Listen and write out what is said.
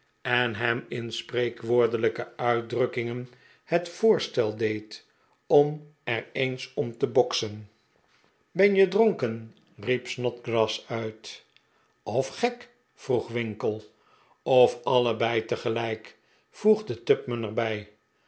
en hem in spreekwoordelijke uitdrukkingen het voorstel deed om er eens om te boksen ben je dronken riep snodgrass uit of gek vroeg winkle of allebei tegelijk voegde tupman er